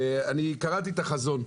קראתי את החזון,